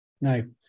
No